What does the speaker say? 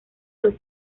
los